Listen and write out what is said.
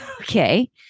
Okay